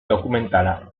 dokumentala